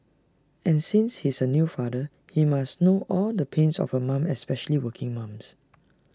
and since he's A new father he must know all the pains of A mum especially working mums